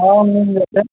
हँ मिल जेतै